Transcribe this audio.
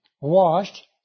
washed